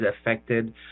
affected